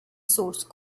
source